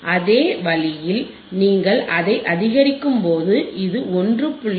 அதே வழியில் நீங்கள் அதை அதிகரிக்கும்போது இது 1